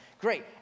Great